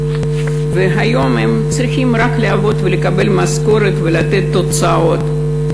והיום הם צריכים רק לעבוד ולקבל משכורת ולתת תוצאות.